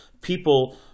people